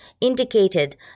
indicated